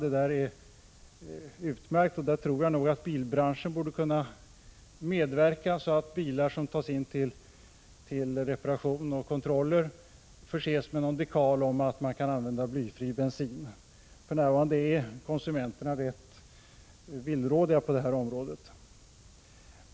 Detta är utmärkt, och därvidlag anser jag att bilbranschen borde kunna medverka, så att bilar som tas in för reparation och kontroller förses med någon dekal om att man kan använda blyfri bensin. För närvarande är konsumenterna rätt villrådiga på denna punkt.